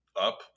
up